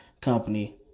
company